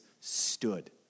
stood